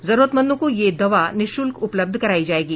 जरूरतमंदों को यह दवा निःशुल्क उपलब्ध करायी जायेगी